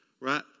right